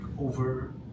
over